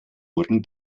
wurden